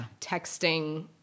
texting